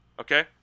Okay